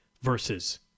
versus